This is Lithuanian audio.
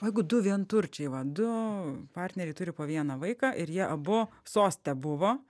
o jeigu du vienturčiai va du partneriai turi po vieną vaiką ir jie abu soste buvo